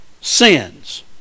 sins